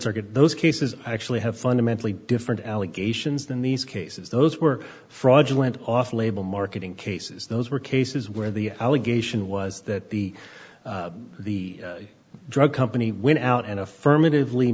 circuit those cases actually have fundamentally different allegations than these cases those were fraudulent off label marketing cases those were cases where the allegation was that the the drug company went out and affirmative